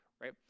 right